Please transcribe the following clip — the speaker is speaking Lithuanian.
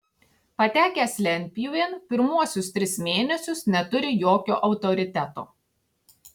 patekęs lentpjūvėn pirmuosius tris mėnesius neturi jokio autoriteto